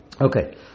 Okay